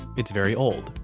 it's very old.